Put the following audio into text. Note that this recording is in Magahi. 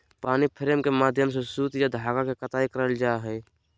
पानी फ्रेम के माध्यम से सूत या धागा के कताई करल जा हय